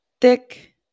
thick